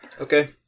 Okay